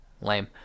Lame